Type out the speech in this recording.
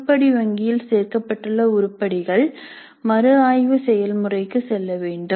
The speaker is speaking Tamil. உருப்படி வங்கியில் சேர்க்கப்பட்டுள்ள உருப்படிகள் மறுஆய்வு செயல்முறைக்கு செல்ல வேண்டும்